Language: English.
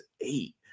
eight